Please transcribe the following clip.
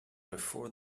before